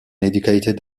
educated